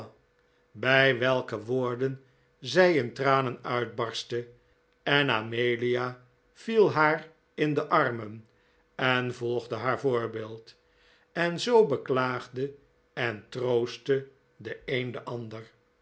bij welke woorden zij in tranen uitbarstte en amelia viel haar in de armen en volgde haar voorbeeld en zoo beklaagde en troostte de een de ander